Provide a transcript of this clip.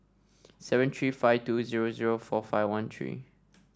seven three five two zero zero four five one three